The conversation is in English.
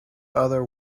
other